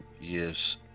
yes